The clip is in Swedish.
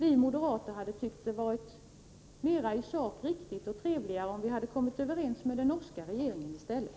Vi moderater tyckte att det hade varit mera i sak riktigt och trevligare om vi hade kommit överens med den norska regeringen i stället.